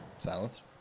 Silence